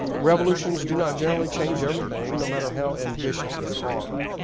ah revolutions do not generally change everything, no matter how ambitious they are.